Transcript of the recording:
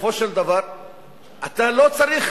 בסופו של דבר אתה לא צריך